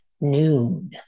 noon